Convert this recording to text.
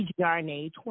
PGRNA